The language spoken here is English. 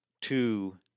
two